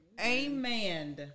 Amen